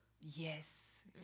Yes